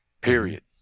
period